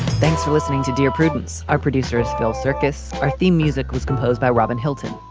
thanks for listening to dear prudence our producer is phil circus. our theme music was composed by robin hilton.